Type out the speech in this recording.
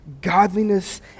Godliness